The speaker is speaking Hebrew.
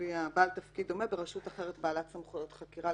בעל תפקיד דומה ברשות אחרת בעלת סמכויות חקירה.